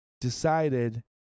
decided